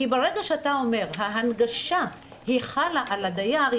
כי ברגע שאתה אומר ההנגשה חלה על הדייר,